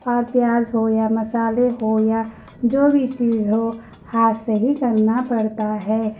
اور پیاز ہو یا مصالحہ ہو یا جو بھی چیز ہو ہاتھ سے ہی کرنا پڑتا ہے